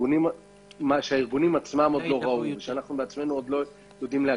את מה שהארגונים עצמם לא ראו ואנחנו עדיין לא יודעים להגדיר.